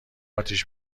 اتیش